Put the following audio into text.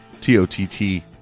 T-O-T-T